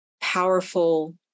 powerful